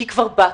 כי כבר באת,